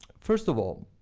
first of all,